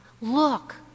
look